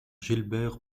gilbert